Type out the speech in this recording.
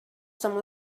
some